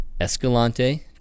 Escalante